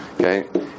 Okay